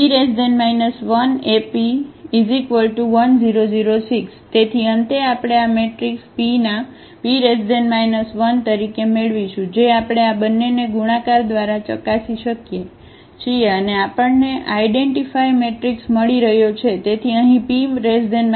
P 1AP1 0 0 6 તેથી અંતે આપણે આ મેટ્રિક્સ p નાP 1 તરીકે મેળવીશું જે આપણે આ બંનેને ગુણાકાર દ્વારા ચકાસી શકીએ છીએ અને આપણને આઇડેન્ટીફાય મેટ્રિક્સ મળી રહ્યો છે